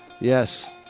Yes